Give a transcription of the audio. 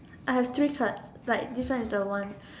I have three cards like this one is the one